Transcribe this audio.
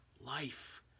Life